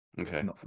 Okay